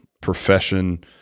profession